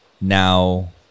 now